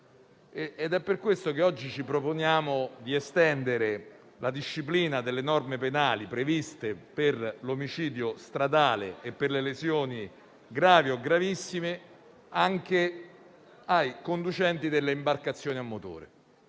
È per questo che oggi ci proponiamo di estendere la disciplina delle norme penali previste per l'omicidio stradale e le lesioni gravi e gravissime ai conducenti delle imbarcazioni a motore.